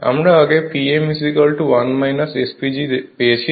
আমরা আগে Pm 1 SPG পেয়েছি